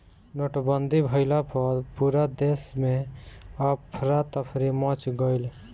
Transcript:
नोटबंदी भइला पअ पूरा देस में अफरा तफरी मच गईल